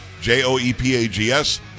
j-o-e-p-a-g-s